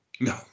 No